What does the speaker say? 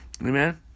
Amen